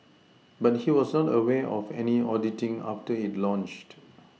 but he was not aware of any auditing after it launched